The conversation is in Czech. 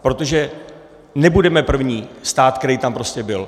Protože nebudeme první stát, který tam prostě byl.